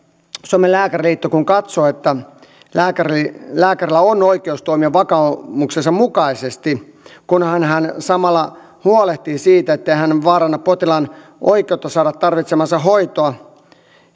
suomen lääkäriliitto katsoo että lääkärillä on oikeus toimia vakaumuksensa mukaisesti kunhan hän samalla huolehtii siitä ettei hän vaaranna potilaan oikeutta saada tarvitsemaansa hoitoa